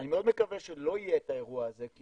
אני מאוד מקווה שלא יהיה את האירוע הזה כי